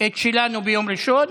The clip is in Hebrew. את שלנו ביום ראשון.